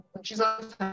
Jesus